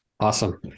Awesome